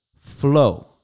flow